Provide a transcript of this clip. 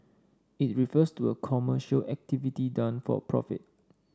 it refers to a commercial activity done for profit